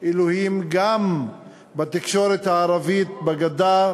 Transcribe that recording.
אלוהים גם בתקשורת הערבית בגדה,